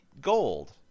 Gold